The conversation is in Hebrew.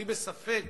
אני בספק